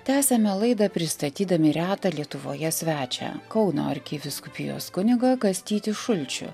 tęsiame laidą pristatydami retą lietuvoje svečią kauno arkivyskupijos kunigą kastytį šulčių